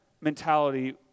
mentality